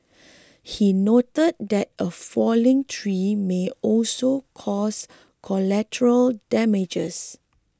he noted that a falling tree may also cause collateral damages